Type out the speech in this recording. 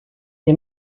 des